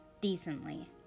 decently